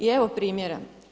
I evo primjera.